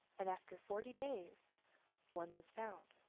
and after forty days one was found.